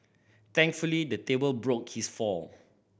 thankfully the table broke his fall